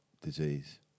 disease